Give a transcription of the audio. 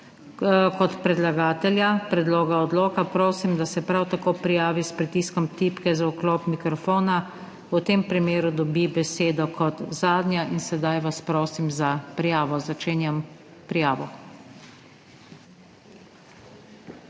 kot predlagatelja predloga odloka, prosim, da se prav tako prijavi s pritiskom tipke za vklop mikrofona, v tem primeru dobi besedo kot zadnja. In sedaj vas prosim za prijavo. Začenjam prijavo.